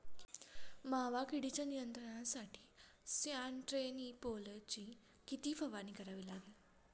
मावा किडीच्या नियंत्रणासाठी स्यान्ट्रेनिलीप्रोलची किती फवारणी करावी लागेल?